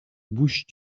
bouches